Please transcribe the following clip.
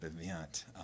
event